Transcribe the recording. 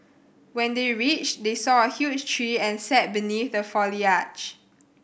when they reached they saw a huge tree and sat beneath the foliage